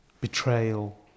betrayal